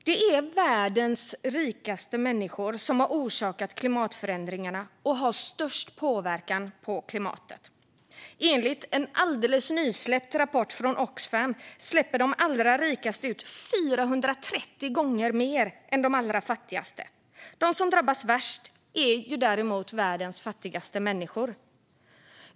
Det är världens rikaste människor som har orsakat klimatförändringarna och har störst påverkan på klimatet. Enligt en alldeles nysläppt rapport från Oxfam släpper de allra rikaste ut 430 gånger mer än de allra fattigaste. De som drabbas värst är däremot världens fattiga människor.